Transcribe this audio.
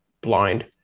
blind